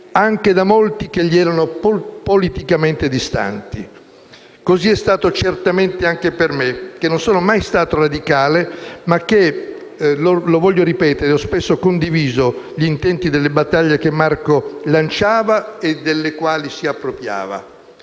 anche da molti che gli erano politicamente distanti. Così è stato certamente anche per me, che non sono mai stato radicale ma che, voglio ripeterlo, ho spesso condiviso gli intenti delle battaglie che Marco Pannella lanciava o delle quali si appropriava.